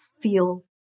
feel